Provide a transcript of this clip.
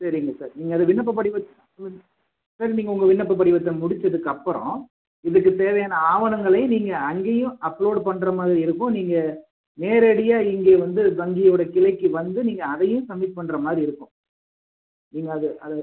சரிங்க சார் நீங்கள் அது விண்ணப்ப படிவத் ம் சார் நீங்கள் உங்கள் விண்ணப்ப படிவத்தை முடித்ததுக்கப்பறம் இதுக்கு தேவையான ஆவணங்களை நீங்கள் அங்கேயும் அப்லோடு பண்ணுற மாதிரி இருக்கும் நீங்கள் நேரடியாக இங்கே வந்து வங்கியோடய கிளைக்கு வந்து நீங்கள் அதையும் சப்மிட் பண்ணுற மாதிரி இருக்கும் நீங்கள் அது அது